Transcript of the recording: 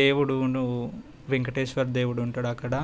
దేవుడు నువ్వు వెంకటేశ్వర దేవుడు ఉంటాడు అక్కడ